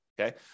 Okay